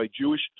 Jewish